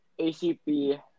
ACP